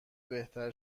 بهتر